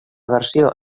versió